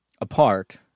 apart